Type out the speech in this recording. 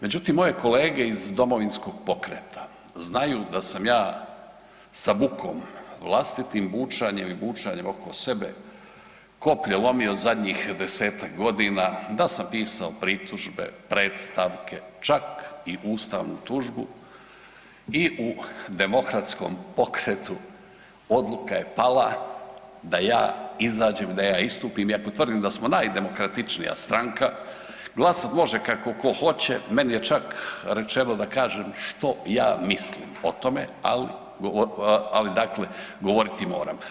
Međutim, moje kolege iz Domovinskog pokreta znaju da sam ja sa bukom, vlastitim bučanjem i bučanjem oko sebe koplje lomio zadnjih 10-tak godina, da sam pisao pritužbe, predstavke, čak i ustavnu tužbu i u Demokratskom pokretu odluka je pala da ja izađem i da ja istupim, iako tvrdim da smo najdemokratičnija stranka, glasat može kako ko hoće, meni je čak rečeno da kažem što ja mislim o tome, ali, ali dakle govoriti moram.